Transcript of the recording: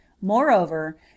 Moreover